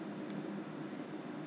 it's kind of big area you know